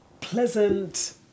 pleasant